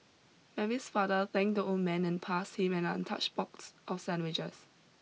Mary's father thanked the old man and passed him an untouched box of sandwiches